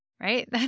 right